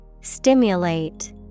Stimulate